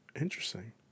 interesting